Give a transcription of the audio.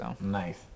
Nice